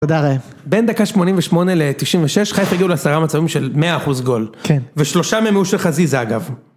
תודה רעב, בין דקה 88 ל-96 חיפה הגיעו לעשרה מצבים של 100 אחוז גול ושלושה מהם היו של חזיזה אגב.